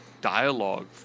dialogue